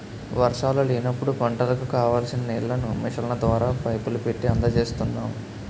వర్షాలు లేనప్పుడు పంటలకు కావాల్సిన నీళ్ళను మిషన్ల ద్వారా, పైపులు పెట్టీ అందజేస్తున్నాం